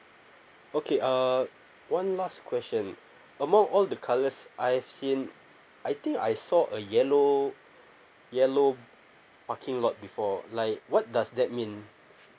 okay uh one last question among all the colours I've seen I think I saw a yellow yellow parking lot before like what does that mean